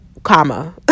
Comma